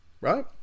right